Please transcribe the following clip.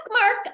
mark